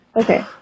Okay